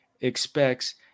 expects